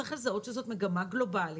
צריך לזהות שזאת מגמה גלובלית,